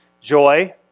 joy